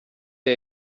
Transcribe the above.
der